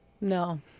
No